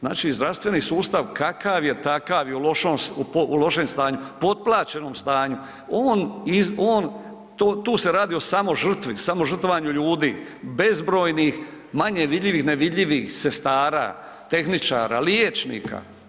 Znači, zdravstveni sustav kakav je takav je, u lošem stanju, potplaćenom stanju, on, on, tu se radi o samožrtvi, samožrtvovanju ljudi, bezbrojnih manje vidljivih, nevidljivih sestara, tehničara, liječnika.